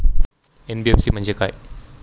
NBFC म्हणजे काय?